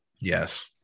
Yes